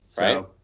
Right